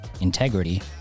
integrity